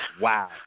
Wow